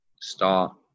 start